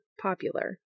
Popular